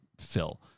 fill